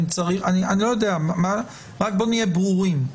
אני לא יודע אבל בוא נהיה ברורים.